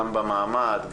גם במעמד,